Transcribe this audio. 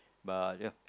but ya